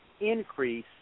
increase